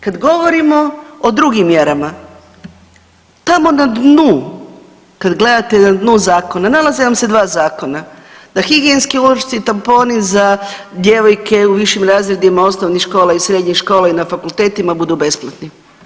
Kad govorimo o drugim mjerama, tamo na dnu kad gledate na dnu zakona nalaze vam se dva zakona, da higijenski ulošci i tamponi za djevojke u višim razredima osnovnih škola i srednjih škola i na fakultetima budu besplatni.